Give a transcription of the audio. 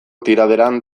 tiraderan